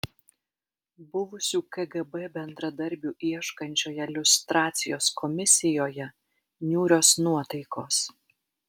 buvusių kgb bendradarbių ieškančioje liustracijos komisijoje niūrios nuotaikos